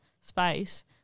space